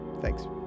Thanks